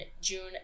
June